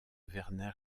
werner